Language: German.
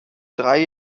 drei